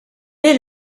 est